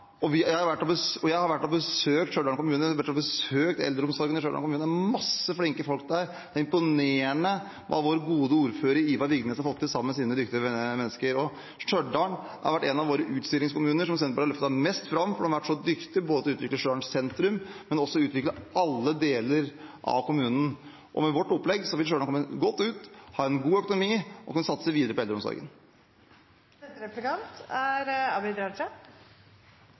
i ramma. Jeg har vært og besøkt Stjørdal kommune, jeg har vært og besøkt eldreomsorgen i Stjørdal kommune. Det er masse flinke folk der. Det er imponerende hva vår gode ordfører Ivar Vigdenes har fått til sammen med sine dyktige mennesker. Stjørdal har vært en av våre utstillingskommuner, som Senterpartiet har løftet mest fram, fordi den har vært så dyktig, til både å utvikle Stjørdal sentrum og også til å utvikle alle deler av kommunen. Med vårt opplegg vil Stjørdal komme godt ut, ha en god økonomi og kunne satse videre på eldreomsorgen. Det mest brukte begrepet og den mest brukte setningen fra Vedum er